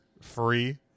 free